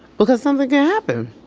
because something can happen